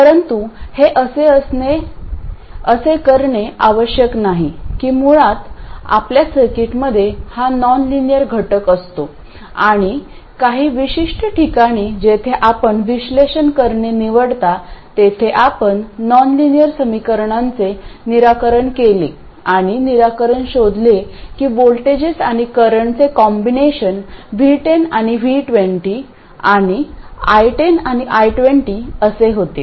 परंतु हे असे करणे आवश्यक नाही की मुळात आपल्या सर्किटमध्ये हा नॉनलिनियर घटक असतो आणि काही विशिष्ट ठिकाणी जिथे आपण विश्लेषण करणे निवडता तेथे आपण नॉनलिनियर समीकरणांचे निराकरण केले आणि निराकरण शोधले की व्होल्टेजेस आणि करंटचे कॉम्बिनेशन V10 आणि V20 आणि I10 आणि I20 असे होते